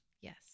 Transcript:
Yes